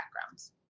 backgrounds